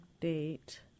date